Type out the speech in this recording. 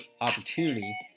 opportunity